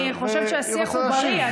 אני חושבת שהשיח הוא בריא,